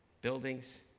buildings